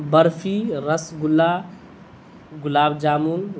barfi rasgulla gulab jamun